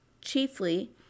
chiefly